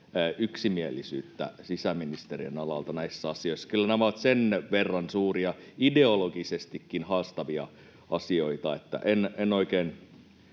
yksimielisyyttä sisäministeriön alalta näissä asioissa. Kyllä ne ovat sen verran suuria ideologisestikin haastavia asioita, että en oikein